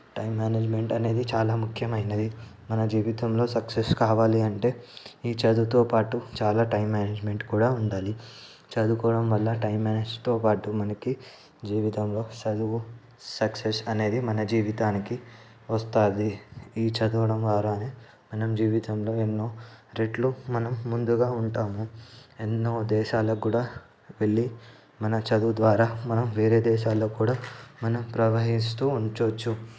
time management అనేది చాలా ముఖ్యమైనది మన జీవితంలో సక్సెస్ కావాలి అంటే ఈ చదువుతోపాటు చాలా టైం మేనేజ్మెంట్ కూడా ఉండాలి చదువుకోవడం వల్ల టైం మేనేజ్తో పాటు మనకు జీవితంలో చదువు సక్సెస్ అనేది మన జీవితానికి వస్తుంది ఈ చదవడం ద్వారానే మనం జీవితంలో ఎన్నో రెట్లు మనం ముందుగా ఉంటాము ఎన్నో దేశాలకు కూడా వెళ్ళి మన చదువు ద్వారా మనం వేరే దేశాల్లో కూడా మన ప్రవహిస్తూ ఉండవచ్చు